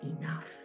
enough